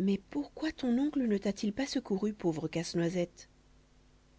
mais pourquoi ton oncle ne t'a-t-il pas secouru pauvre casse-noisette